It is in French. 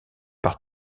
par